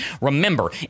Remember